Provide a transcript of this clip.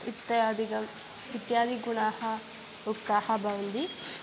इत्यादिकम् इत्यादिगुणाः उक्ताः भवन्ति